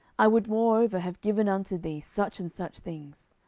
i would moreover have given unto thee such and such things.